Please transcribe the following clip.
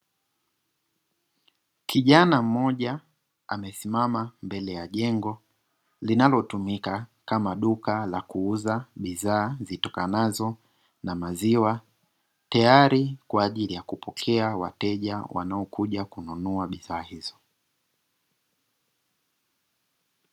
Kijana mmoja amesimama mbele ya jengo linalo tumika kama duka la kuuza bidhaa zitokanazo na maziwa, tayati kwaajili ya kupokea wateja wanaokuja kununua bidhaa hizo.